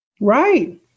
Right